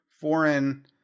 foreign